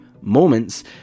moments